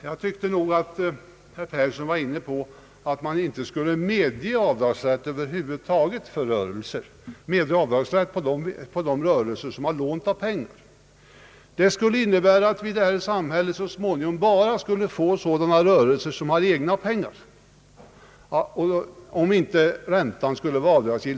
Jag tycker att herr Yngve Persson var inne på att man inte skulle medge avdragsrätt över huvud taget för de rörelser som arbetar med lånta pengar. Det skulle innebära att vi i vårt samhälle så småningom bara skulle få rörelser med egna pengar, om nämligen inte räntan skulle vara avdragsgill.